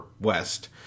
west